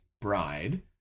Bride